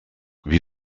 wie